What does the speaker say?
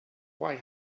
why